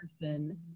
person